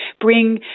bring